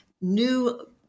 new